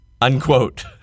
unquote